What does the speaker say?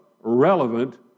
relevant